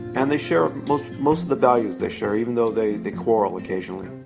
and they share, most most of the values they share, even though they they quarrel occasionally